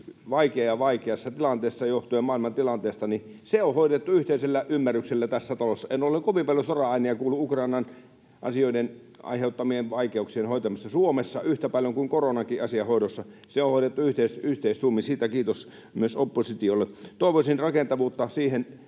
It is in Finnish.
Suomi on vaikeassa tilanteessa johtuen maailmantilanteesta, se on hoidettu yhteisellä ymmärryksellä tässä talossa — en ole kovin paljon soraääniä kuullut Ukrainan asioiden aiheuttamien vaikeuksien hoitamisesta Suomessa — yhtä paljon kuin korona-asiankin hoito. Se on hoidettu yhteistuumin, siitä kiitos myös oppositiolle. Toivoisin rakentavuutta siihen,